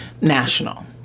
national